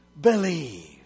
believe